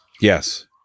Yes